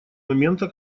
момента